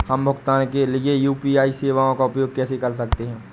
हम भुगतान के लिए यू.पी.आई सेवाओं का उपयोग कैसे कर सकते हैं?